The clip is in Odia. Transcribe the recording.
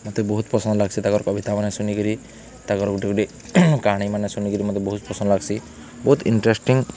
ମତେ ବହୁତ୍ ପସନ୍ଦ୍ ଲାଗ୍ସି ତାଙ୍କର୍ କବିତାମାନେ ଶୁନିକିରି ତାଙ୍କର୍ ଗୁଟେ ଗୁଟେ କାହାଣୀମାନେ ଶୁନିକରି ମତେ ବହୁତ୍ ପସନ୍ଦ୍ ଲାଗ୍ସି ବହୁତ୍ ଇଣ୍ଟ୍ରେଷ୍ଟିଙ୍ଗ୍